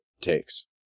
takes